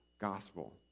gospel